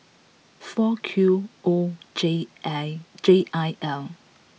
four Q O J A J I L